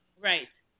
Right